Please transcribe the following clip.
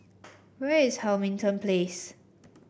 where is Hamilton Place